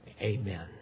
Amen